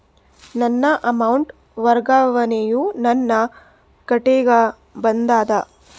ನನ್ನ ಅಮೌಂಟ್ ವರ್ಗಾವಣೆಯು ನನ್ನ ಖಾತೆಗೆ ಬಂದದ